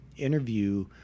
interview